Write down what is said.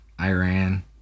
iran